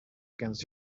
against